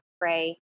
pray